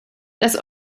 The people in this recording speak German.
das